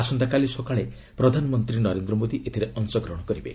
ଆସନ୍ତାକାଲି ସକାଳେ ପ୍ରଧାନମନ୍ତ୍ରୀ ନରେନ୍ଦ୍ର ମୋଦି ଏଥିରେ ଅଂଶଗ୍ରହଣ କରିବେ